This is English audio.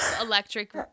electric